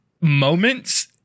moments